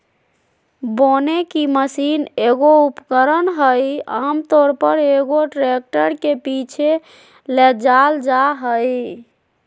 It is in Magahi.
बोने की मशीन एगो उपकरण हइ आमतौर पर, एगो ट्रैक्टर के पीछे ले जाल जा हइ